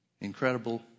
incredible